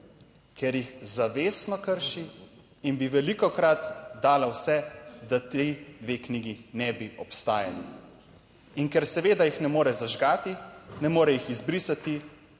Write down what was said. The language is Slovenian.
ker jih zavestno krši in bi velikokrat dala vse, da ti dve knjigi ne bi obstajali. In ker seveda jih ne more zažgati, ne more jih izbrisati